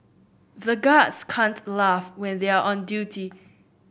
the guards can't laugh when they are on duty